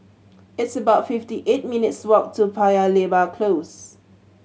it's about fifty eight minutes' walk to Paya Lebar Close